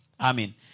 Amen